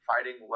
fighting